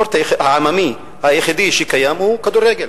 שהספורט העממי היחידי שקיים הוא כדורגל.